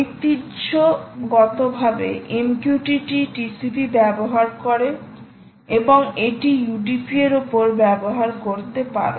ঐতিহ্যগতভাবে MQTT TCP ব্যবহার করে এবং এটি UDP এর ওপর ব্যবহার করতে পারো